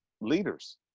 leaders